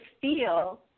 feel